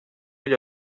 agli